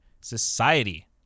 society